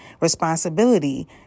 responsibility